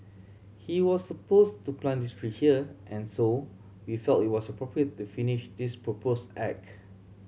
he was suppose to plant this tree here and so we felt it was appropriate to finish this propose act